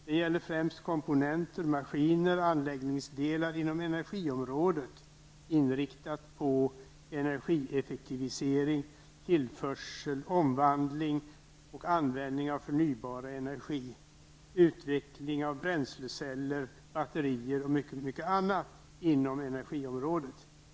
Det gäller främst komponenter, maskiner och anläggningsdelar inom energiområdet, inriktade på energieffektivisering och tillförsel, omvandling och användning av förnybar energi. Det kan gälla utveckling av bränsleceller, batterier och mycket annat inom energiområdet.